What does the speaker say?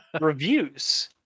reviews